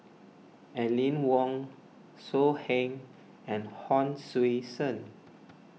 Aline Wong So Heng and Hon Sui Sen